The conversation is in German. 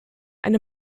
eine